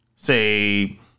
Say